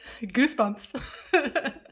Goosebumps